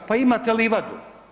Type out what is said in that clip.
Pa imate livadu.